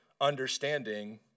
understanding